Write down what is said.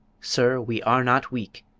sir, we are not weak,